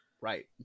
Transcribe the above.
Right